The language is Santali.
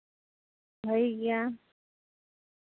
ᱵᱷᱟᱹᱜᱤ ᱜᱮᱭᱟ